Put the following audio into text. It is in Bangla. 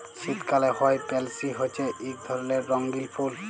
শীতকালে হ্যয় পেলসি হছে ইক ধরলের রঙ্গিল ফুল